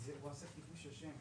ובשנת 2021?